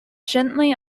gently